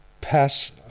pass